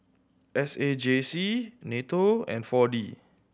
S A J C NATO and Four D